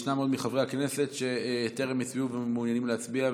מצביעה ישנם עוד מחברי הכנסת שטרם הצביעו ומעוניינים להצביע,